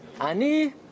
ani